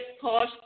cost